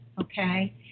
okay